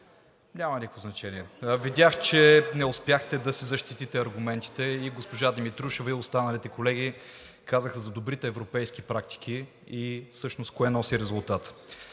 Атанасова: „Има.“) Видях, че не успяхте да си защитите аргументите. И госпожа Димитрушева, и останалите колеги казаха за добрите европейски практики и всъщност кое носи резултата.